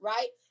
Right